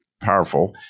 powerful